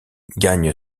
gagne